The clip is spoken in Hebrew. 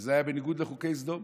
וזה היה בניגוד לחוקי סדום.